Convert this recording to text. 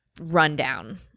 rundown